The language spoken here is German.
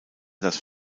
das